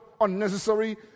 unnecessary